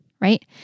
right